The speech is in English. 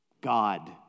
God